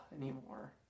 anymore